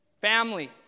Family